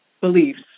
beliefs